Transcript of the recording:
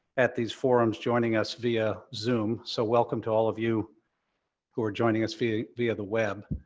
at these forums joining us via zoom, so welcome to all of you who are joining us via via the web.